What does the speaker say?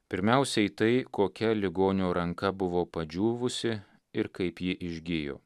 pirmiausiai tai kokia ligonio ranka buvo padžiūvusi ir kaip ji išgijo